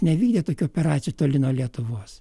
nevykdė tokių operacijų toli nuo lietuvos